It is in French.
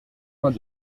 vingt